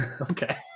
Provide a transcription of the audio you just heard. Okay